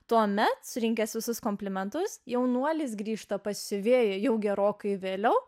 tuomet surinkęs visus komplimentus jaunuolis grįžta pas siuvėją jau gerokai vėliau